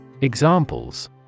Examples